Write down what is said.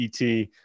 ET